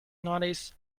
notice